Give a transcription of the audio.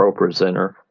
ProPresenter